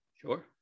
Sure